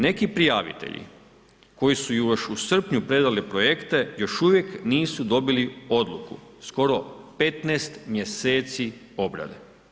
Neki prijavitelji koji su još u srpnju predali projekte još uvijek nisu dobili odluku, skoro 15 mjeseci obrade.